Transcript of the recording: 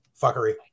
fuckery